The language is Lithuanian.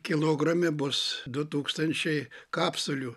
kilograme bus du tūkstančiai kapsulių